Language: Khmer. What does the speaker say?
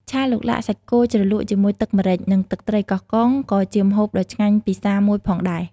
ឆាឡុកឡាក់សាច់គោជ្រលក់ជាមួយទឹកម្រេច និងទឹកត្រីកោះកុងក៏ជាម្ហូបដ៏ឆ្ងាញ់ពិសាមួយផងដែរ ។